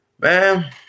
man